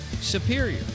superior